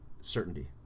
certainty